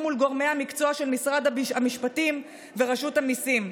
מול גורמי המקצוע של משרד המשפטים ורשות המיסים,